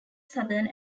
southern